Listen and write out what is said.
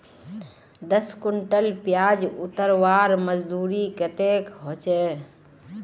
दस कुंटल प्याज उतरवार मजदूरी कतेक होचए?